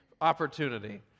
opportunity